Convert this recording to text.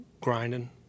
grinding